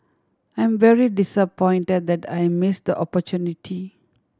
I'm very disappointed that I missed opportunity